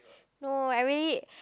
no I really